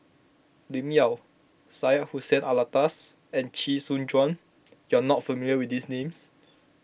Lim Yau Syed Hussein Alatas and Chee Soon Juan you are not familiar with these names